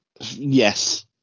Yes